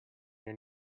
your